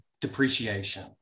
depreciation